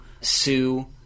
sue